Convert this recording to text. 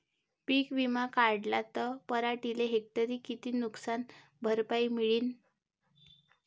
पीक विमा काढला त पराटीले हेक्टरी किती नुकसान भरपाई मिळीनं?